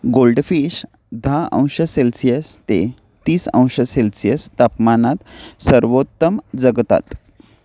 goldfish दहा अंश Celsius ते तीस अंश सेल्सिअस तापमानात सर्वोत्तम जगतात